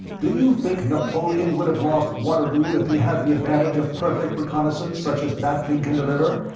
do you think napoleon would have lost waterloo if he'd had the advantage of perfect reconnaissance such as that thing can deliver?